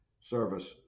service